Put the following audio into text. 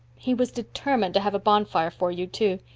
he was determined to have a bonfire for you, too.